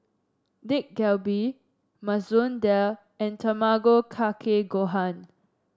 Dak Galbi Masoor Dal and Tamago Kake Gohan